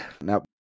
Now